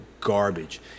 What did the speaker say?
Garbage